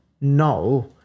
no